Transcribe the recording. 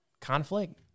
conflict